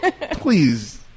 please